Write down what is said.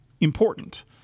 important